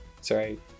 Sorry